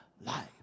life